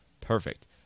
Perfect